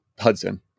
Hudson